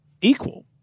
equal